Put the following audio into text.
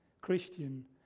Christian